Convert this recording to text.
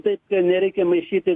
tap ka nereikia maišyti